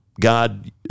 God